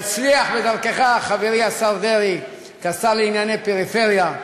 תצליח בדרכך, חברי השר דרעי, כשר לענייני פריפריה.